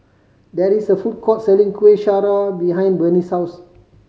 there is a food court selling Kueh Syara behind Bennie's house